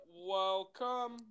Welcome